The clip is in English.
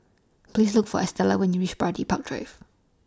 Please Look For Estela when YOU REACH Bidadari Park Drive